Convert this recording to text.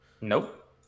nope